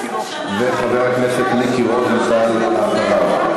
וחבר הכנסת מיקי רוזנטל אחריו.